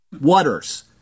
waters